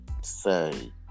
say